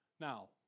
Now